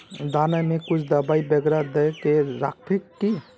दाना में कुछ दबाई बेगरा दय के राखबे की?